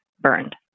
burned